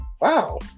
wow